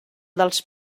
dels